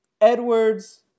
Edwards